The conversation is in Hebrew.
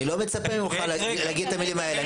אני לא מצפה ממך להגיד את המילים האלה.